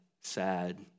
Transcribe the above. sad